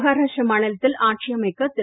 மகாராஷ்ட்ரா மாநிலத்தில் ஆட்சி அமைக்க திரு